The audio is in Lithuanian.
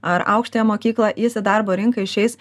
ar aukštąją mokyklą jis į darbo rinką išeis